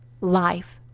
life